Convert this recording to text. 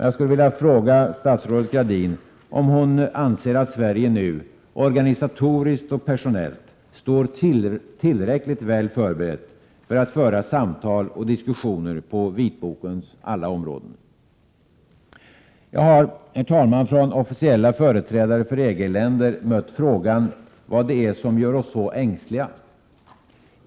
Jag skulle vilja fråga statsrådet, om hon anser att Sverige nu organisatoriskt och personellt står tillräckligt väl förberett att föra samtal och diskussioner på vitbokens alla områden. Jag har, herr talman, från officiella företrädare för EG-länder mött frågan vad det är som gör oss så ängsliga.